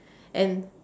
and